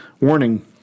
Warning